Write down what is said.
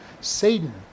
Satan